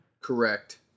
Correct